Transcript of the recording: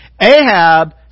Ahab